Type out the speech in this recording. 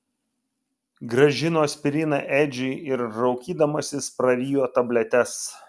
grąžino aspiriną edžiui ir raukydamasis prarijo tabletes